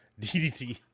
DDT